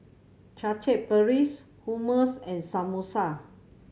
Chaat Papri Hummus and Samosa